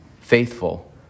faithful